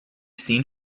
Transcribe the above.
seen